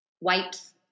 Wipes